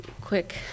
quick